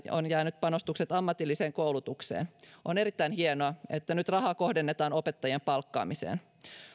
ovat jääneet panostukset ammatilliseen koulutukseen on erittäin hienoa että nyt rahaa kohdennetaan opettajien palkkaamiseen